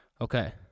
Okay